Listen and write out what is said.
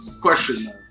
question